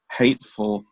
hateful